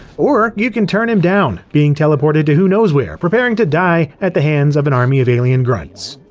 or you can turn him down, being teleported to who knows where, preparing to die at the hands of an army of alien grunts.